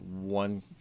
one